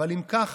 אבל אם ככה,